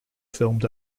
filmed